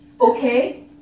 okay